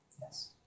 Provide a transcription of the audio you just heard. Yes